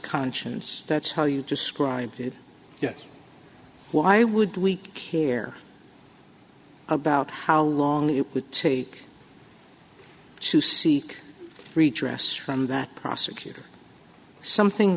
conscience that's how you describe it yes why would we care about how long it would take to see redress trend that prosecutor something